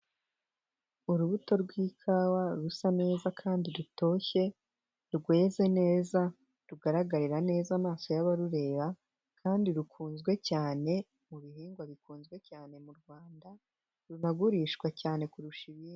Urubuto rw'ikawa rusa neza kandi rutoshye rweze neza rugaragarira neza amaso y'abarureba kandi rukunzwe cyane mu bihingwa bikunzwe cyane mu Rwanda runagurishwa cyane kurusha ibindi.